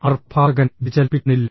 അവർ പ്രഭാഷകനെ വ്യതിചലിപ്പിക്കുന്നില്ല